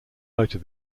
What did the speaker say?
motor